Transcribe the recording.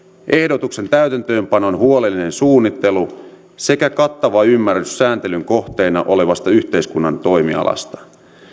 ehdotuksen täytäntöönpanon huolellinen suunnittelu sekä kattava ymmärrys sääntelyn kohteena olevasta yhteiskunnan toimialasta